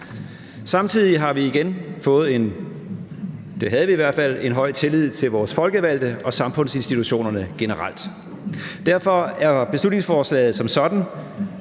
– det havde vi i hvert fald – en høj tillid til vores folkevalgte og til samfundsinstitutioner generelt. Derfor er beslutningsforslaget som sådan